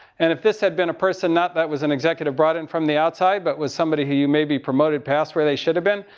and if this had been a person not that was an executive brought in from the outside but was somebody who you maybe promoted past where they should have been,